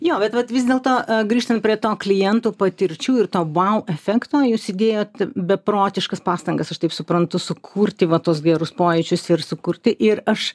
jo bet vis dėlto grįžtant prie to klientų patirčių ir to vau efekto jūs įdėjot beprotiškas pastangas aš taip suprantu sukurti va tuos gerus pojūčius ir sukurti ir aš